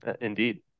indeed